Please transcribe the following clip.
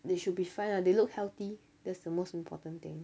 they should be fine lah they look healthy that's the most important thing